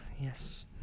yes